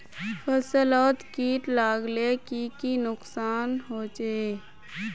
फसलोत किट लगाले की की नुकसान होचए?